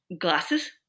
glasses